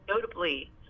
notably